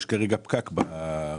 יש כרגע פקק ברשות.